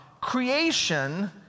Creation